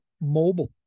Mobile